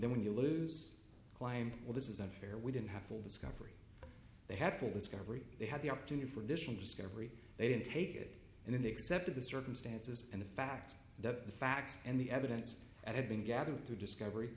then when you lose climb well this is unfair we didn't have full discovery they had full discovery they had the opportunity for additional discovery they didn't take it and then they accepted the circumstances and the fact that the facts and the evidence that had been gathered through discovery